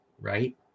right